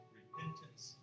repentance